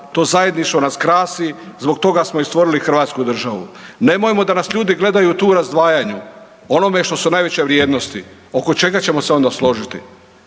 To zajedništvo nas krasi zbog toga smo i stvorili hrvatsku državu. Nemojmo da nas ljudi gledaju tu u razdvajanju u onome što su najveće vrijednosti, oko čega ćemo se onda složiti,